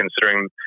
considering